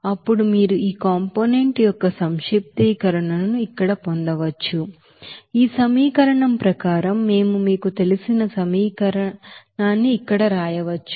అప్పుడు మీరు ఈ కాంపోనెంట్ యొక్క సంక్షిప్తీకరణను ఇక్కడ పొందవచ్చు కాబట్టి ఈ సమీకరణం ప్రకారం మేము మీకు తెలిసిన సమీకరణాన్ని ఇక్కడ వ్రాయవచ్చు